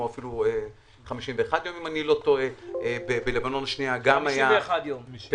אפילו 51 יום אם אני לא טועה -- 51 ימים.